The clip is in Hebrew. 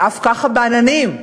עם האף ככה בעננים.